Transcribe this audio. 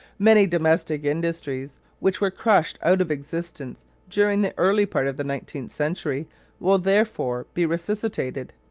many domestic industries which were crushed out of existence during the early part of the nineteenth century will therefore be resuscitated.